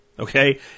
Okay